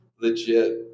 legit